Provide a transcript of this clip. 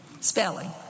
spelling